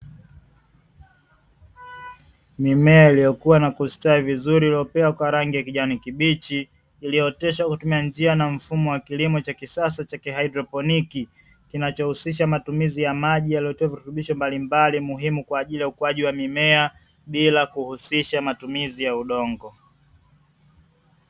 Mimea iliyokua na kustawi vizuri iliyopea kwa rangi ya kijani kibichi iliyooteshwa kwa kutumia njia na mfumo wa kilimo cha kisasa cha kihaidroponi, kinachohusisha matumizi ya maji yaliyotiwa virutubisho mbalimbali muhimu kwa ajili ya ukuaji wa mimea bila kuhusisha matumizi ya udongo.